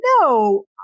No